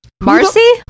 Marcy